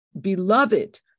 beloved